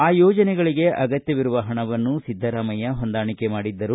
ಆ ಯೋಜನೆಗಳಿಗೆ ಅಗತ್ವವಿರುವ ಪಣವನ್ನು ಸಿದ್ದರಾಮಯ್ತ ಹೊಂದಾಣಿಕೆ ಮಾಡಿದ್ದು